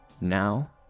Now